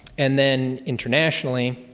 and then internationally,